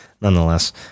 nonetheless